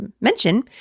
Mention